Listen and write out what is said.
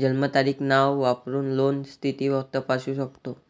जन्मतारीख, नाव वापरून लोन स्थिती तपासू शकतो